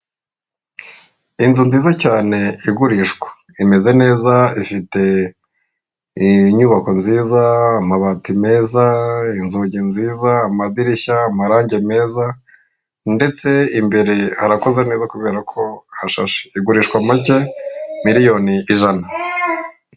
Inzu nziza cyane igurishwa, imeze neza, ifite inyubako nziza, amabati meza, inzugi nziza, amadirishya, amarangi meza ndetse imbere harakoze neza kubera ko hashashe. Igurishwa make, miliyoni ijana.